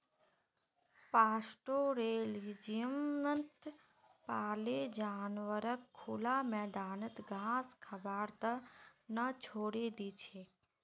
पास्टोरैलिज्मत पाले जानवरक खुला मैदानत घास खबार त न छोरे दी छेक